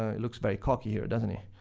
he looks very cocky here, doesn't he?